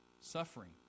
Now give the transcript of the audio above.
suffering